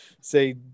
say